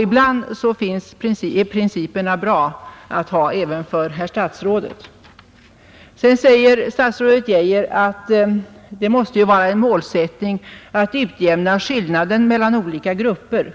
Ibland är alltså principerna bra att ha även för herr statsrådet. Statsrådet Geijer säger vidare att det måste vara en målsättning att utjämna skillnaden mellan olika grupper.